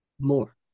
more